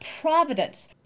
providence